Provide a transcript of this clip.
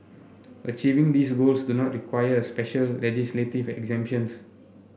achieving these goals do not require special legislative exemptions